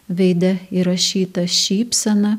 veide įrašyta šypsena